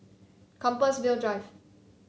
Compassvale Drive